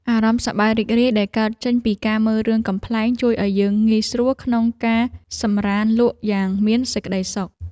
អារម្មណ៍សប្បាយរីករាយដែលកើតចេញពីការមើលរឿងកំប្លែងជួយឱ្យយើងងាយស្រួលក្នុងការសម្រានលក់យ៉ាងមានសេចក្តីសុខ។